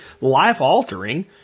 life-altering